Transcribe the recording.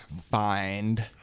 find